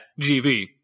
GV